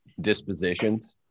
dispositions